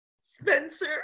Spencer